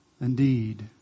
Indeed